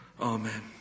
Amen